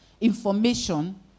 information